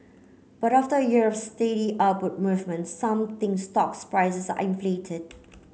but after a year of steady upward movement some think stocks prices are inflated